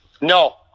No